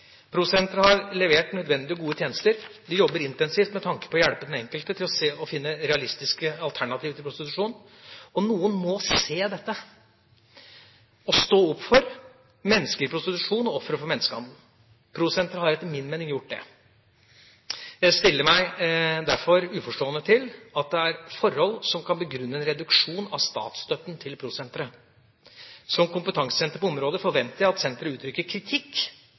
har levert nødvendige og gode tjenester, det jobber intensivt med tanke på å hjelpe den enkelte til å se og finne realistiske alternativer til prostitusjon. Noen må se dette og stå opp for mennesker i prostitusjon og ofre for menneskehandel. PRO Sentret har etter min mening gjort det. Jeg stiller meg derfor uforstående til at det er forhold som kan begrunne en reduksjon av statsstøtten til PRO Sentret. Som kompetansesenter på området forventer jeg at senteret uttrykker kritikk